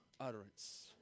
utterance